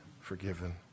forgiven